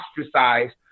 ostracized